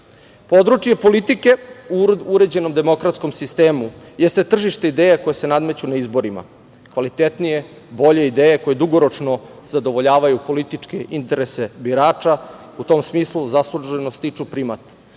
pripada. Područje politike u uređenom demokratskom sistemu jeste tržište ideja koje se nadmeću na izborima. Kvalitetnije, bolje ideje koje dugoročno zadovoljavaju političke interese birača, u tom smislu zasluženo stiču primat.